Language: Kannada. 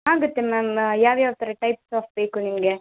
ಆಗುತ್ತೆ ಮ್ಯಾಮ್ ಯಾವ್ಯಾವ ಥರ ಟೈಪ್ ಫ್ರಾಕ್ ಬೇಕು ಹೇಳಿ